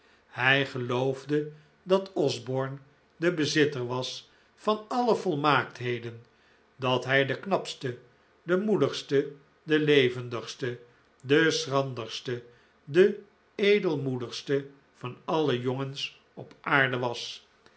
hij geloofde dat osborne de bezitter was van alle volmaaktheden dat hij de knapste de moedigste de levendigste de schranderste de edelmoedigste van alle jongens op aarde was